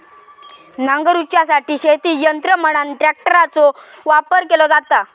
नांगरूच्यासाठी शेतीत यंत्र म्हणान ट्रॅक्टरचो वापर केलो जाता